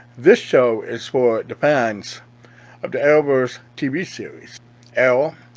this show is for the fans of the arrowverse tv series arrow,